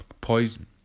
poison